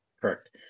Correct